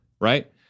right